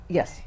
Yes